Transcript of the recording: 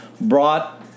brought –